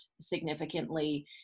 significantly